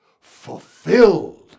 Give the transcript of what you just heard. fulfilled